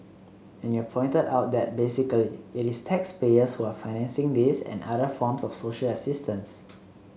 and you've pointed out that basically it is taxpayers who are financing this and other forms of social assistance